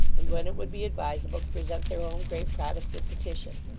and when it would be advisable to present their own great protestant petition.